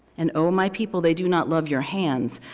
and oh my people they do not love your hands.